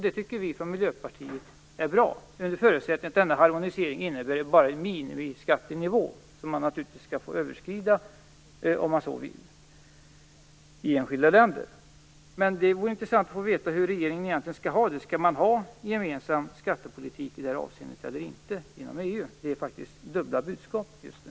Det tycker vi från Miljöpartiet är bra, under förutsättning att denna harmonisering innebär bara en minimiskattenivå som man naturligtvis skall få överskrida om man så vill i enskilda länder. Men det vore intressant att få veta hur regeringen egentligen skall ha det. Skall man ha en gemensam skattepolitik i det här avseendet eller inte inom EU? Det är faktiskt dubbla budskap just nu.